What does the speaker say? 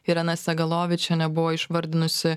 irena sagalovičienė buvo išvardinusi